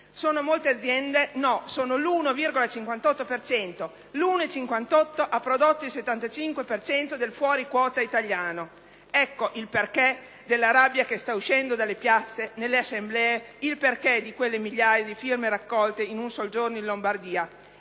Sono molte aziende? No, sono l'1,58 per cento. L'1,58 per cento ha prodotto il 75 per cento del fuori quota italiano. Ecco il perché della rabbia che sta uscendo nelle piazze, nelle assemblee, il perché di quelle migliaia di firme raccolte in un sol giorno in Lombardia.